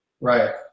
right